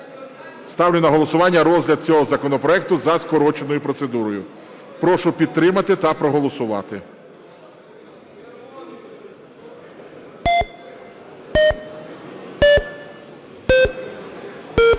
ставлю на голосування розгляд цього законопроекту за скороченою процедурою. Прошу підтримати та проголосувати.